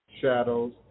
shadows